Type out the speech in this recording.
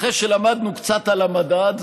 אחרי שלמדנו קצת על המדד,